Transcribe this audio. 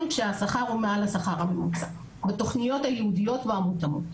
כשהשכר בתוכניות הייעודיות והמותאמות הוא